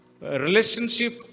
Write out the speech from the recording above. Relationship